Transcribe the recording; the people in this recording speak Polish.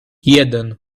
jeden